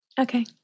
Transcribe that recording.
okay